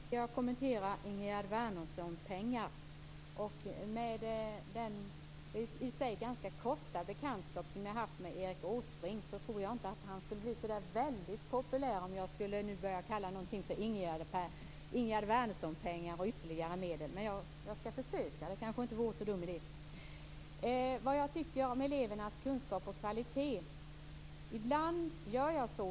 Fru talman! Låt mig först kommentera det som sades om Ingegerd Wärnersson-pengar. Med den i och för sig ganska korta bekantskap som jag har haft med Erik Åsbrink tror jag inte att det skulle bli så väldigt populärt, om jag började kalla någonting för Ingegerd Wärnersson-pengar, men jag skall försöka. Det vore kanske inte en så dum idé. Vad tycker jag om elevernas kunskap och skolans kvalitet?